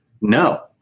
no